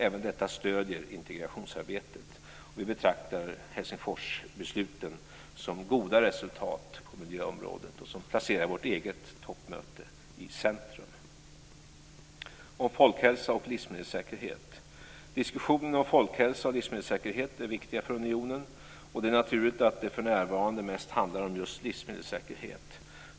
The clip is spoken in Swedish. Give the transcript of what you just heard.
Även detta stöder integrationsarbetet. Vi betraktar Helsingforsbesluten som goda resultat på miljöområdet som placerar vårt eget toppmöte i centrum. Folkhälsa och livsmedelssäkerhet: Diskussionerna om folkhälsa och livsmedelssäkerhet är viktiga för unionen. Det är naturligt att det för närvarande mest handlar om just livsmedelssäkerhet.